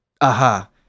aha